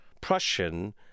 Prussian